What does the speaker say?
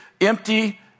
empty